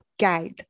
Guide